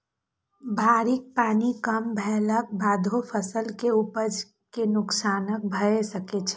बाढ़िक पानि कम भेलाक बादो फसल के उपज कें नोकसान भए सकै छै